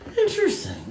Interesting